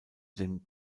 den